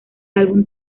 álbum